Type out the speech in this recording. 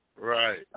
Right